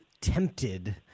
tempted